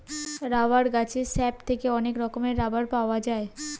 rubber গাছের sap থেকে অনেক রকমের রাবার পাওয়া যায়